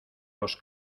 los